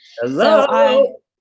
Hello